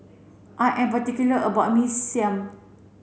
I am particular about my Mee Siam